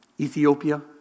Ethiopia